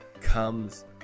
comes